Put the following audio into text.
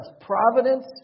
providence